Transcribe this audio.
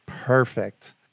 Perfect